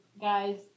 guys